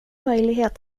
möjlighet